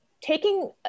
taking